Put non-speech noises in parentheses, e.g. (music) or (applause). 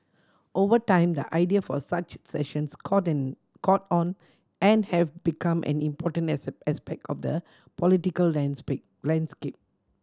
over time the idea for such sessions caught in caught on and have become an important (unintelligible) aspect of the political (unintelligible) landscape